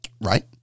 Right